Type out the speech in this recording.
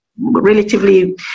Relatively